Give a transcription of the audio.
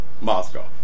Moscow